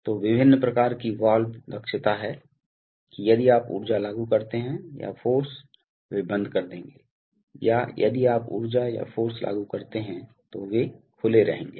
तो विभिन्न प्रकार की वाल्व दक्षता है कि यदि आप ऊर्जा लागू करते हैं या फ़ोर्स वे बंद कर देंगे या यदि आप ऊर्जा या फ़ोर्स लागू करते हैं तो वे खुले रहेंगे